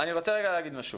אני רוצה רגע להגיד משהו.